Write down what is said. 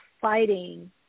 fighting